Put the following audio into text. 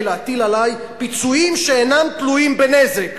להטיל עלי פיצויים שאינם תלויים בנזק.